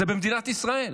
זה במדינת ישראל.